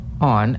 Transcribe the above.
on